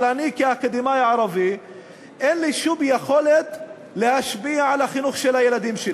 אבל כאקדמאי ערבי אין לי שום יכולת להשפיע על החינוך של הילדים שלי.